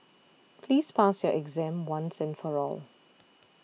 please pass your exam once and for all